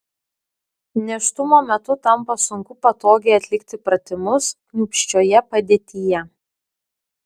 nėštumo metu tampa sunku patogiai atlikti pratimus kniūpsčioje padėtyje